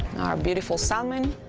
our beautiful salmon.